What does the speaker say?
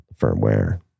firmware